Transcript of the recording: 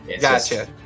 Gotcha